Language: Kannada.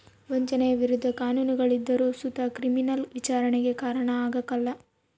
ವಂಚನೆಯ ವಿರುದ್ಧ ಕಾನೂನುಗಳಿದ್ದರು ಸುತ ಕ್ರಿಮಿನಲ್ ವಿಚಾರಣೆಗೆ ಕಾರಣ ಆಗ್ಕಲ